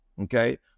Okay